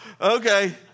okay